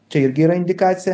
čia irgi yra indikacija